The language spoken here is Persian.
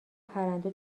پرنده